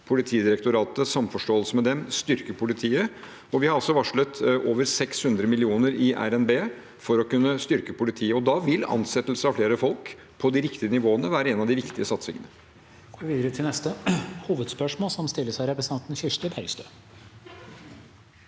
områder hvor vi tror dette styrker politiet. Vi har også varslet over 600 mill. kr i RNB for å kunne styrke politiet. Da vil ansettelser av flere folk på de riktige nivåene være en av de viktige satsingene.